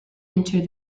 into